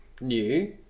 new